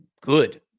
good